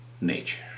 nature